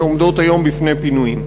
שעומדות היום בפני פינוי.